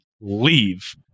leave